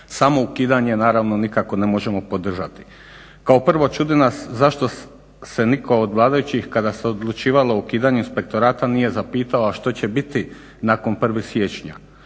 samo ukidanje nikako ne možemo podržati. Kao prvo čudi nas zašto se nitko od vladajućih kada se odlučivalo o ukidanju inspektorata nije zapitao, a što će biti nakon 1.siječnja.